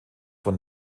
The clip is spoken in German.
von